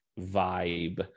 vibe